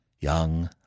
Young